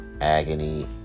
agony